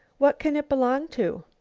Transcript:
what can it belong to?